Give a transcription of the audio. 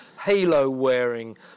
halo-wearing